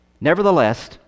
Nevertheless